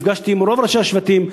ונפגשתי עם רוב ראשי השבטים,